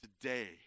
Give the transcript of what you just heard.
Today